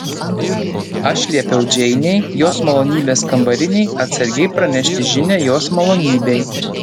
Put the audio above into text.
aš liepiau džeinei jos malonybės kambarinei atsargiai pranešti žinią jos malonybei